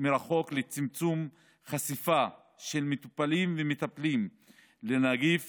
מרחוק לצמצום חשיפה של מטופלים ומטפלים לנגיף